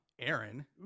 Aaron